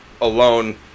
Alone